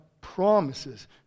promises